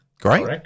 great